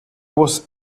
was